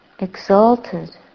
exalted